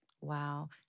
Wow